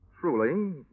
truly